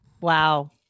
Wow